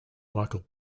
michael